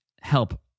help